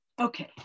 Okay